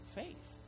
faith